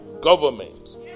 government